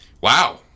Wow